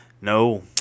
No